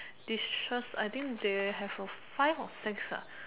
dishes I think they have a five or six ah